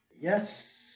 Yes